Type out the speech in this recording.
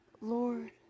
Lord